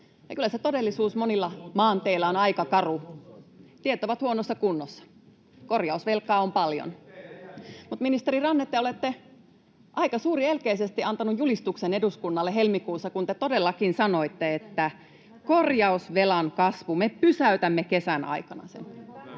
kyllä se todellisuus monilla maanteillä on aika karu. Tiet ovat huonossa kunnossa, [Perussuomalaisten ryhmästä: Teidän jäljiltänne!] korjausvelkaa on paljon. Ministeri Ranne, te olette aika suurielkeisesti antanut julistuksen eduskunnalle helmikuussa, kun te todellakin sanoitte, että ”korjausvelan kasvu, me pysäytämme kesän aikana sen”.